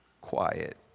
Quiet